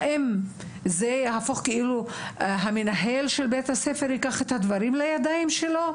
האם זה מנהל בית הספר שייקח את הדברים לידיים שלו?